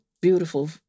beautiful